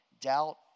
doubt